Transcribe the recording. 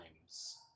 times